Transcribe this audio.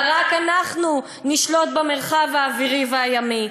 אבל רק אנחנו נשלוט במרחב האווירי והימי.